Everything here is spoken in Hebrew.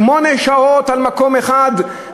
שמונה שעות במקום אחד,